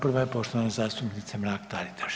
Prva je poštovane zastupnice Mrak Taritaš.